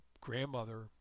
grandmother